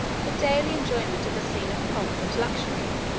the daily enjoyment of a scene of pomp and luxury,